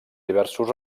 diversos